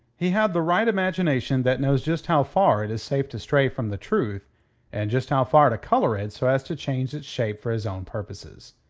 he had the right imagination that knows just how far it is safe to stray from the truth and just how far to colour it so as to change its shape for his own purposes.